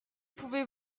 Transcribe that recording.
pouvez